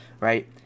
right